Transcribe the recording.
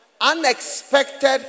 Unexpected